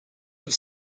have